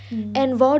mm